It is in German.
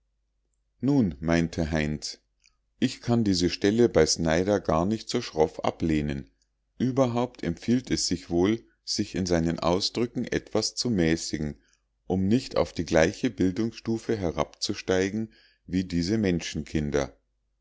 nun meinte heinz ich kann diese stelle bei snyder nicht gar so schroff ablehnen überhaupt empfiehlt es sich wohl sich in seinen ausdrücken etwas zu mäßigen um nicht auf die gleiche bildungsstufe herabzusteigen wie diese menschenkinder